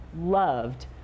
loved